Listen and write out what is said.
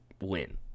win